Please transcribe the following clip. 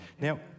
Now